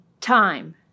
time